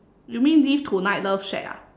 you mean live tonight love shack ah